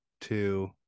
two